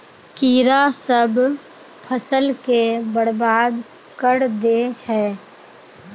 कीड़ा सब फ़सल के बर्बाद कर दे है?